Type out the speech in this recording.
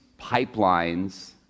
pipelines